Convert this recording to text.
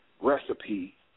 Recipe